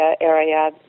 area